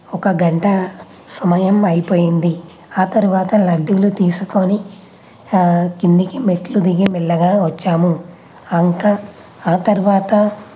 ఒక గంట సమయం అయిపోయింది ఆ తర్వాత లడ్డూలు తీసుకొని కిందకి మెట్లు దిగి మెల్లగా వచ్చాము ఇంకా ఆ తర్వాత